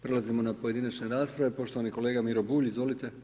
Prelazimo na pojedinačne rasprave, poštovani kolega Miro Bulj, izvolite.